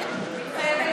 תודה רבה.